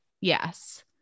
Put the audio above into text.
yes